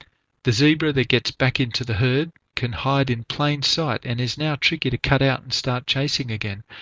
the zebra that gets back into the herd can hide in plain sight and is now tricky to cut out and start chasing again.